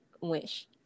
wish